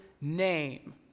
name